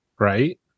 right